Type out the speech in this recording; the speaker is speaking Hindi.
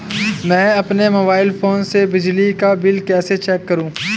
मैं अपने मोबाइल फोन से बिजली का बिल कैसे चेक करूं?